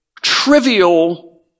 trivial